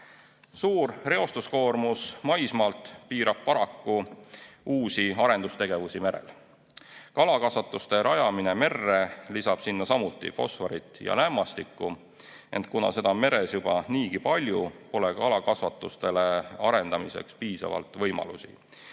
Suur reostuskoormus maismaalt piirab paraku uusi arendustegevusi merel. Kalakasvatuste rajamine merre lisab sinna samuti fosforit ja lämmastikku, ent kuna seda on meres juba niigi palju, pole kalakasvatuse arendamiseks piisavalt võimalusi.